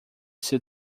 seu